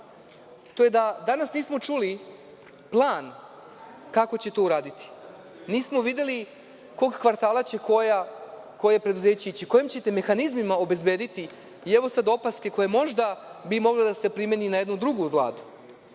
to je da danas nismo čuli plan kako će to uraditi, nismo videli kog kvartala će koje preduzeće ići, kojim ćete mehanizmima obezbediti. Evo sad opaske koja bi možda mogla da se primeni na jednu drugu vladu.